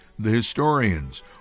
thehistorians